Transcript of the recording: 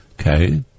okay